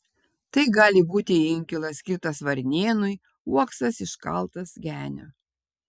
tai gali būti inkilas skirtas varnėnui uoksas iškaltas genio